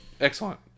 excellent